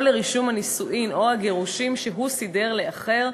או לרישום הנישואים או הגירושים שהוא סידר לאחר,